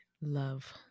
love